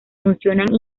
funcionan